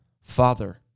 Father